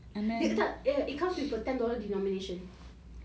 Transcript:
right you should be able to stack though